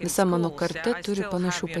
visa mano karta turi panašu